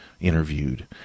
interviewed